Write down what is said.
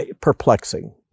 perplexing